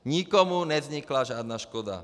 Nikomu nevznikla žádná škoda.